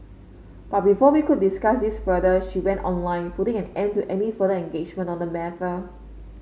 but before we could discuss this further she went online putting an end to any further engagement on the matter